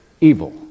evil